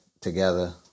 together